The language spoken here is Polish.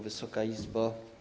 Wysoka Izbo!